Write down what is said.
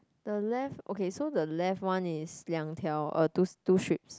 the left okay so the left one is 两条 uh two two strips